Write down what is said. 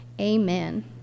amen